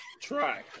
try